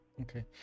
okay